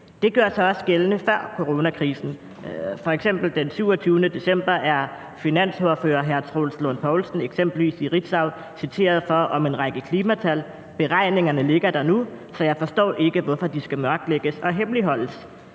Det gjorde sig også gældende før coronakrisen; f.eks. er finansordfører hr. Troels Lund Poulsen den 27. december på Ritzau citeret for om en række klimatal at sige: Beregningerne ligger der nu, så jeg forstår ikke, hvorfor de skal mørklægges og hemmeligholdes.